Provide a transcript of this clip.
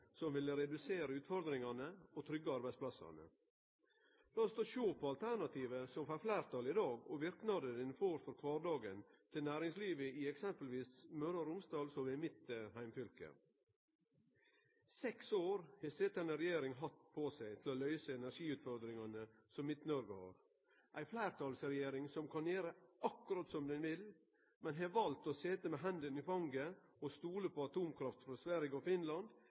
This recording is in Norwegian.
som ville redusert utfordringane og tryggje arbeidsplassane. Lat oss sjå på alternativet som får fleirtal i dag, og verknadene det får for kvardagen til næringslivet i eksempelvis Møre og Romsdal, som er mitt heimfylke. Seks år har den sitjande regjeringa hatt på seg til å løyse energiutfordringane som Midt-Noreg har, ei fleirtalsregjering som kan gjere akkurat som ho vil, men som har valt å sitje med hendene i fanget og stole på atomkrafta frå Sverige og Finland